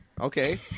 Okay